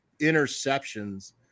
interceptions